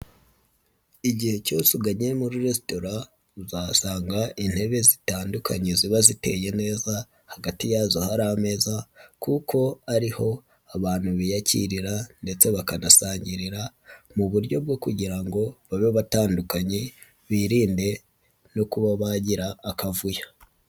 Igihe cyose uganye muri resitora uzahasanga intebe zitandukanye ziba ziteye neza hagati yazo hari ameza kuko ari ho abantu biyakirira ndetse bakanasangirira mu buryo bwo kugira ngo babe batandukanye birinde no kuba bagira akavuyo.